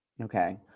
Okay